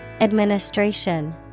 Administration